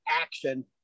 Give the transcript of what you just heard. action